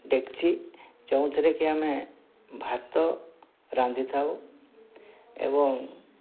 ଡେକ୍ଚି ଯେଉଁଥିରେ କି ଆମେ ଭାତ ରାନ୍ଧି ଥାଉ ଏବଂ